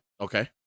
Okay